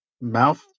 mouth